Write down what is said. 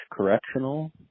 Correctional